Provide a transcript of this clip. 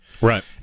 Right